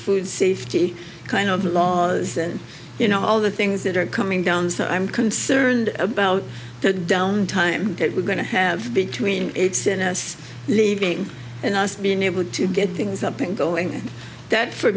food safety kind of laws and you know all the things that are coming down so i'm concerned about the down time that we're going to have between leaving and us being able to get things up and going that for